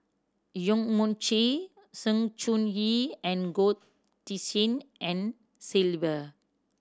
Yong Mun Chee Sng Choon Yee and Goh Tshin En Sylvia